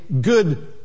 good